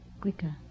quicker